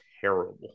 terrible